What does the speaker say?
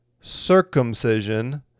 circumcision